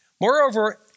Moreover